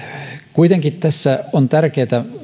kuitenkin tässä on tärkeätä